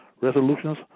resolutions